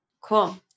Cool